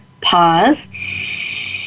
pause